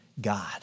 God